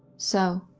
so,